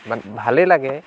ভালেই লাগে